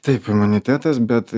taip imunitetas bet